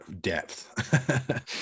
depth